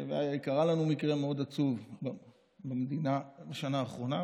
קרה לנו מקרה מאוד עצוב במדינה בשנה האחרונה.